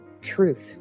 truth